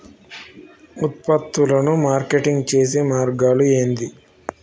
ఉత్పత్తులను మార్కెటింగ్ చేసే మార్గాలు ఏంది?